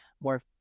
more